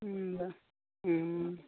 ᱦᱮᱸ ᱦᱮᱸ